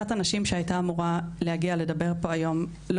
אחת הנשים שהייתה אמורה להגיע לדבר פה היום לא